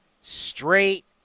straight